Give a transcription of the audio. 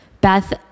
Beth